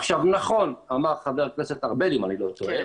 עכשיו, נכון אמר חבר הכנסת ארבל כרגע,